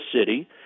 city